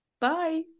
Bye